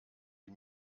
die